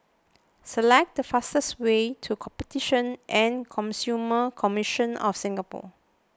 select the fastest way to Competition and Consumer Commission of Singapore